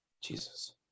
Jesus